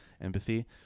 empathy